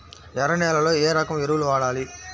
ఎర్ర నేలలో ఏ రకం ఎరువులు వాడాలి?